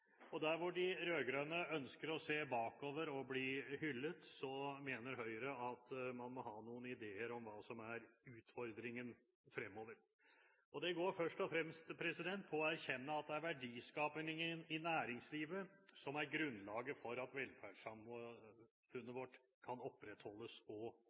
de rød-grønne ønsker å se bakover og bli hyllet, mener Høyre at man må ha noen ideer om hva som er utfordringen fremover. Det går først og fremst på å erkjenne at det er verdiskapingen i næringslivet som er grunnlaget for at velferdssamfunnet vårt kan opprettholdes og